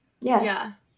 yes